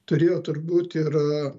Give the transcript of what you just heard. turėjo turbūt ir